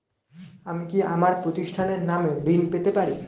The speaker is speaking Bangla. আমি কি আমার প্রতিষ্ঠানের নামে ঋণ পেতে পারি?